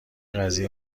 قضیه